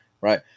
right